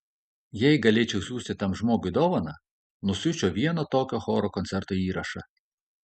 jei galėčiau siųsti tam žmogui dovaną nusiųsčiau vieno tokio choro koncerto įrašą